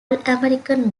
american